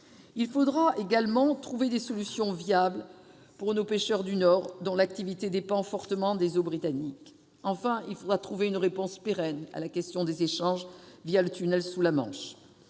Il faudra également trouver des solutions viables pour nos pêcheurs du nord, dont l'activité dépend, pour une bonne part, des eaux britanniques. De plus, il faudra trouver une réponse pérenne à la question des échanges le tunnel sous la Manche.